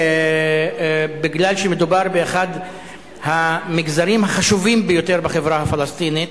ומכיוון שמדובר באחד המגזרים החשובים ביותר בחברה הפלסטינית,